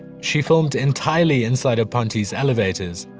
she filmed entirely inside of ponte's elevators.